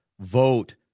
vote